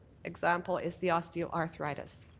example is the osteoarthritis.